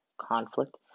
conflict